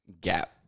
gap